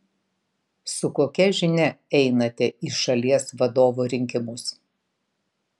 su kokia žinia einate į šalies vadovo rinkimus